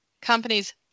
companies